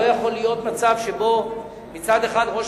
לא יכול להיות מצב שבו מצד אחד ראש